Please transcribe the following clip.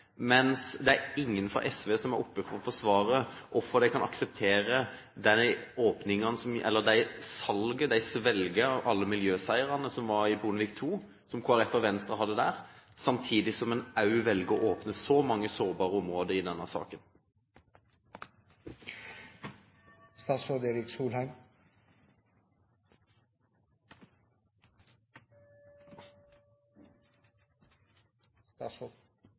Mens ingen fra SV er oppe her for å forsvare hvorfor de kan akseptere salgene de svelger av alle miljøseirene som Kristelig Folkeparti og Venstre hadde i Bondevik II, samtidig som en også velger å åpne mange sårbare områder i denne